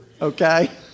okay